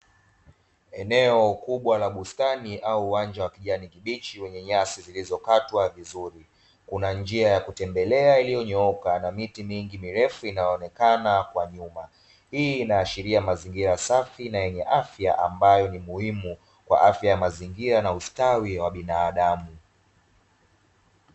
Eneo kubwa la bustani au uwanja wa kijani kibichi wenye nyasi, zilizokatwa vizuri, kuna njia ya kutembelea iliyonyooka na miti mingi mirefu inaonekana kwa nyuma, hii inaashiria mazingira safi na yenye afya, ambayo ni muhimu kwa afya ya mazingira na ustawi wa binadamu.